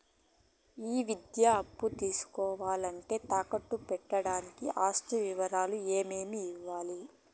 ఈ విద్యా అప్పు తీసుకోవాలంటే తాకట్టు గా పెట్టడానికి ఆస్తి వివరాలు ఏమేమి ఇవ్వాలి?